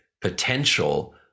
potential